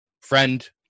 friend